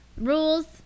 rules